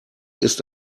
ist